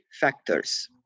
factors